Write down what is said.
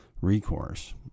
Recourse